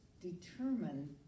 determine